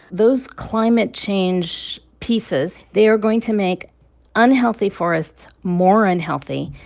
those climate change pieces, they are going to make unhealthy forests more unhealthy.